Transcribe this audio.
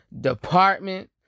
department